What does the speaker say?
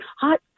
Hot